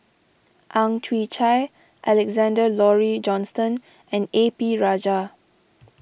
Ang Chwee Chai Alexander Laurie Johnston and A P Rajah